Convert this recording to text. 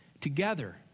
together